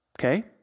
Okay